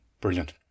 Brilliant